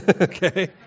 Okay